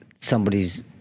somebody's